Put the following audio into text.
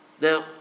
Now